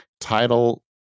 title